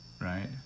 right